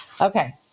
Okay